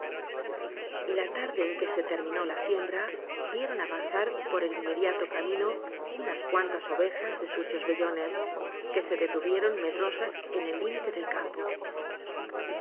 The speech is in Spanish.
la tarde en que se terminó la siembra vieron avanzar por el inmediato camino unas cuantas ovejas de sucios vellones que se de tuvieron medrosas en el límite del campo